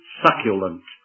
succulent